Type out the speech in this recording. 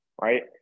right